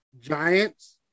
Giants